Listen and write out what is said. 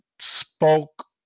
spoke